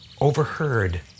overheard